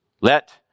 Let